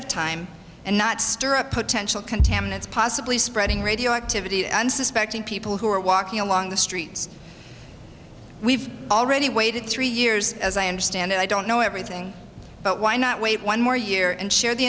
of time and not stir up potential contaminants possibly spreading radioactivity and suspecting people who are walking along the streets we've already waited three years as i understand it i don't know everything but why not wait one more year and share the